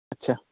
अच्छा